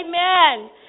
amen